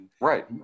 Right